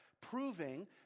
proving